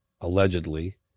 allegedly